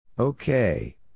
Okay